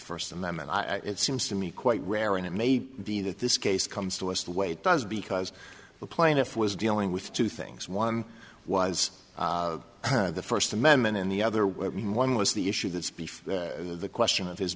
first amendment it seems to me quite rare and it may be that this case comes to us the way it does because the plaintiff was dealing with two things one was the first amendment in the other where one was the issue that's before the question of his